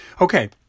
okay